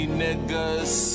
niggas